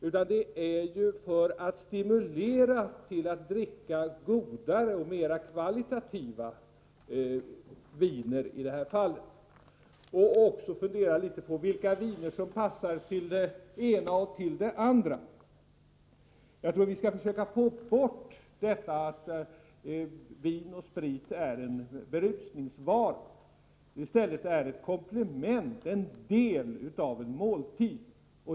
Syftet är att stimulera till att dricka kvalitativt godare viner liksom till att fundera över vilka viner som passar till det ena och det andra. Jag tror vi bör försöka få bort inställningen att vin och sprit är berusningsvaror. I stället är de komplement till och en del av en måltid.